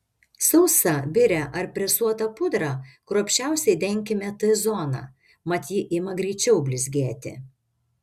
sausa biria ar presuota pudra kruopščiausiai denkime t zoną mat ji ima greičiau blizgėti